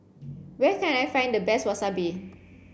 where can I find the best Wasabi